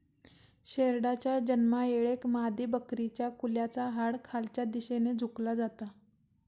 शेरडाच्या जन्मायेळेक मादीबकरीच्या कुल्याचा हाड खालच्या दिशेन झुकला जाता